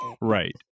Right